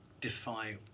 defy